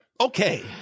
okay